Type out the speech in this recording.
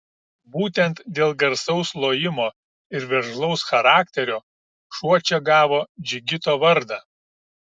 būtent dėl garsaus lojimo ir veržlaus charakterio šuo čia gavo džigito vardą